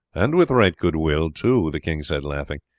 and with right good-will too, the king said laughing.